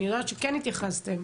אני יודעת שכן התייחסתם,